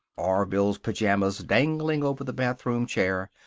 orville's pajamas dangling over the bathroom chair.